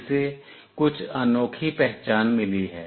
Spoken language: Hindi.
इसे कुछ अनोखी पहचान मिली है